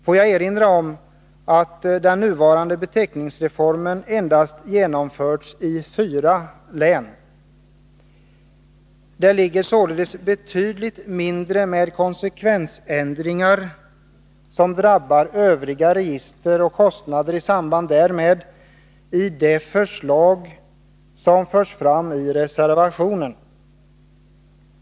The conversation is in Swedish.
Får jag erinra om att den nuvarande beteckningsreformen endast genomförs i fyra län. Det ligger således betydligt mindre av konsekvensändringar som drabbar övriga register och kostnader i samband därmed, i det förslag som förs fram i reservationen.